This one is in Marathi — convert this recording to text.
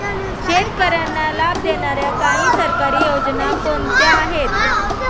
शेतकऱ्यांना लाभ देणाऱ्या काही सरकारी योजना कोणत्या आहेत?